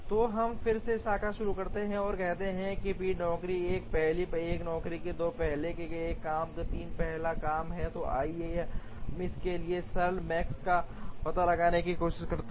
तो हम फिर से शाखा शुरू करते हैं और कहते हैं कि पेड़ नौकरी 1 पहली एक नौकरी 2 है पहले एक काम 3 पहला काम है तो आइए हम इसके लिए एल मैक्स का पता लगाने की कोशिश करते हैं